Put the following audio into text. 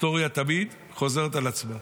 היסטוריה תמיד חוזרת על עצמה.